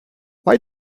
why